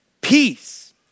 Peace